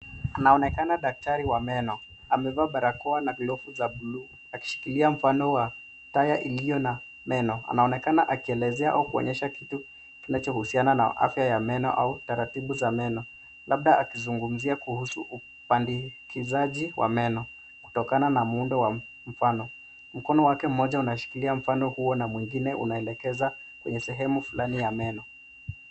Anaonekana daktari wa meno amevaa barakoa na glovu za buluu akishikilia mfano ya taya iliyo na meno. Anaonekana akielezea au kuonyesha kitu kinachohusiana na afya ya meno au taratibu za meno labda akizungumzia kuhusu upandikizaji wa meno kutokana na muundo wa meno. Mkono wake mmoja unashikilia mfano huo na mwingine unaelekeza kwenye sehemu fulani ya meno.